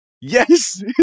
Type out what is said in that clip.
yes